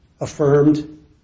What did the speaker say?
affirmed